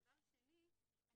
הדבר השני,